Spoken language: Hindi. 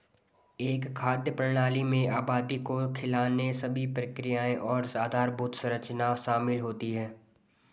एक खाद्य प्रणाली में आबादी को खिलाने सभी प्रक्रियाएं और आधारभूत संरचना शामिल होती है